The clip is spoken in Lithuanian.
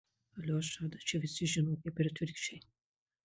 aliošą čia visi žino kaip ir atvirkščiai